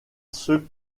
ceux